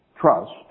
trust